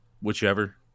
Whichever